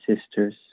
sisters